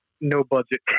no-budget